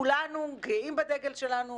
כולנו גאים בדגל שלנו.